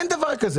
אין דבר כזה.